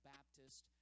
Baptist